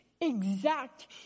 exact